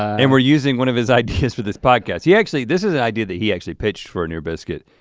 and we're using one of his ideas for this podcast. he actually, this is an idea that he actually pitched for an ear biscuit.